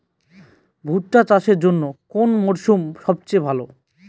ভুট্টা চাষের জন্যে কোন মরশুম সবচেয়ে ভালো?